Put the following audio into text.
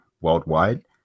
worldwide